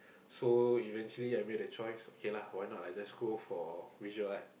so eventually I made a choice okay lah why not I just go for visual art